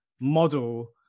model